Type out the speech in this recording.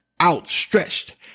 outstretched